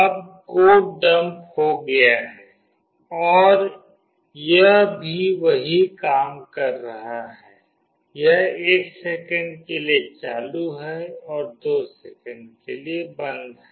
अब code dump हो गया है और यह भी वही काम कर रहा है यह 1 सेकंड के लिए चालू है और 2 सेकंड के लिए बंद है